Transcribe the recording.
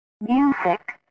Music